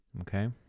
Okay